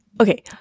Okay